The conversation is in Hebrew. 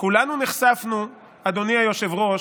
כולנו נחשפנו, אדוני היושב-ראש,